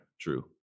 true